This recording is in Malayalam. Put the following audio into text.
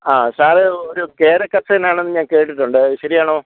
ആ സാറ് ഒരു കേര കർഷകനാണെന്ന് ഞാൻ കേട്ടിട്ടുണ്ട് അത് ശരിയാണോ